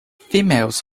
females